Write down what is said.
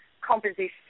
composition